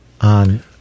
on